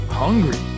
hungry